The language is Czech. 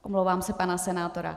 Omlouvám se, pan senátor.